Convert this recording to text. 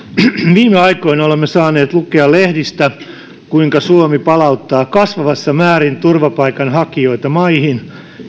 viime aikoina olemme saaneet lukea lehdistä kuinka suomi palauttaa kasvavassa määrin turvapaikanhakijoita maihin